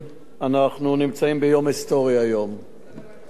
יום היסטורי, שהחוק, חוק הכבאות,